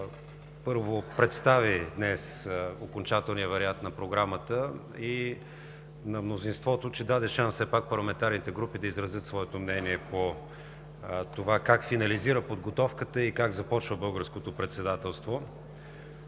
че представи днес окончателния вариант на Програмата и на мнозинството, че даде шанс все пак на парламентарните групи да изразят своето мнение по това как се финализира подготовката и как започва Българското председателство.